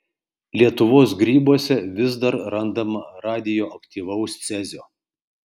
lietuvos grybuose vis dar randama radioaktyvaus cezio